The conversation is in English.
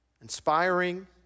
inspiring